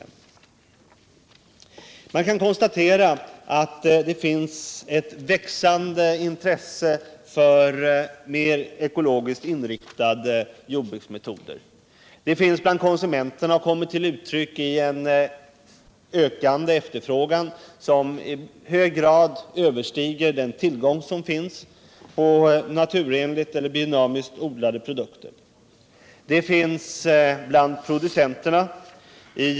Man kan bland konsumenterna konstatera ett växande intresse för ekologiskt inriktade jordbruksmetoder, vilket kommer till uttryck i en ökande efterfrågan av naturenligt eller biodynamiskt odlade produkter som i hög grad överstiger tillgången. Också bland producenterna kan ett sådant intresse konstateras.